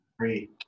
three